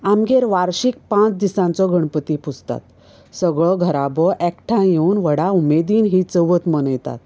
आमगेर वार्शीक पांच दिसांचो गणपती पुजतात सगळो घराबो एकठांय येवन व्हडा उमेदीन ही चवथ मनयतात